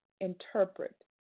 interpret